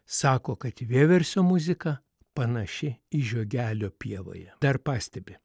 sako kad vieversio muzika panaši į žiogelio pievoje dar pastebi